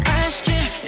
asking